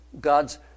God's